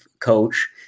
coach